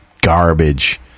garbage